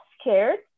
scared